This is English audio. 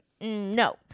no